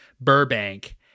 Burbank